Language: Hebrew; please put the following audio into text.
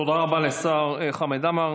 תודה רבה לשר חמד עמאר.